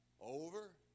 Over